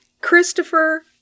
Christopher